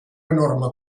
enorme